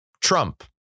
Trump